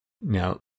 Now